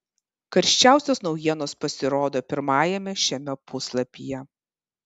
karščiausios naujienos pasirodo pirmajame šiame puslapyje